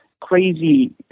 crazy